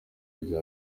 rya